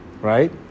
right